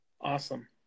Awesome